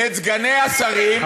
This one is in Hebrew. את סגני השרים,